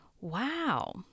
wow